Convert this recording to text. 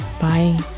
Bye